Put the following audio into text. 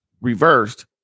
reversed